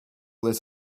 this